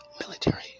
military